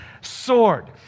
sword